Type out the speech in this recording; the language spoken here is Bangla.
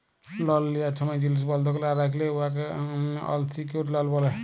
লল লিয়ার ছময় জিলিস বল্ধক লা রাইখলে উয়াকে আলসিকিউর্ড লল ব্যলে